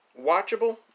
watchable